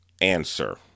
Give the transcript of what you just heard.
answer